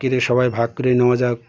কেটে সবাই ভাগ করে নেওয়া যাক